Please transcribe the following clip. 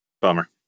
Bummer